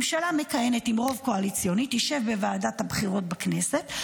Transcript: ממשלה מכהנת עם רוב קואליציוני תשב בוועדת הבחירות בכנסת,